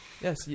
Yes